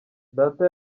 data